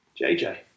JJ